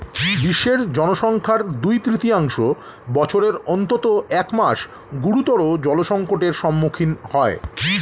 বিশ্বের জনসংখ্যার দুই তৃতীয়াংশ বছরের অন্তত এক মাস গুরুতর জলসংকটের সম্মুখীন হয়